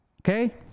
Okay